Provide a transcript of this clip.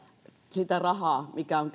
sitä rahaa mikä on